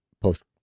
post